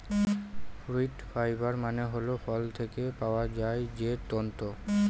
fruit fibre মানে হল ফল থেকে পাওয়া যায় যে তন্তু